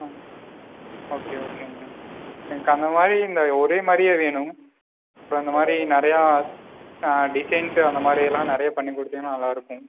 ம் ஓகே ஓகேங்கண்ணா எனக்கு அந்தமாதிரியும் இல்லை ஒரே மாதிரியே வேணும் இப்போ அந்த மாதிரி நிறையா டிசைன்ஸு அந்த மாதிரியெல்லாம் நிறைய பண்ணி கொடுத்திங்கனா நல்லாருக்கும்